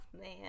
man